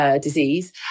disease